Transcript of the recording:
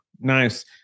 nice